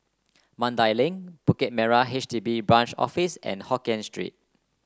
Mandai Link Bukit Merah H D B Branch Office and Hokkien Street